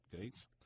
Gates